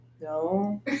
No